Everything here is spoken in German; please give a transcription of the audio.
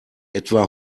etwa